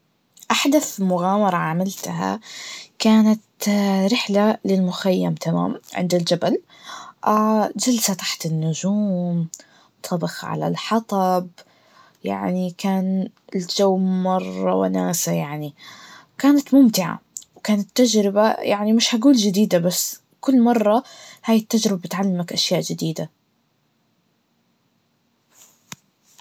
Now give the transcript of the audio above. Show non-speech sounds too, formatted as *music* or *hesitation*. أحدث مغامرة عملتها كانت رحلة للمخيم, تمام؟ عند الجبل *hesitation* جلسة تحت النجوم, طبخ على الحطب, يعني كان الجو مرررة وناسة يعني, كانت ممتعة, وكانت تجربة يعني مش هقول جديدة بس كل مرة هاي التجربة بتعلمك أشياء جديدة.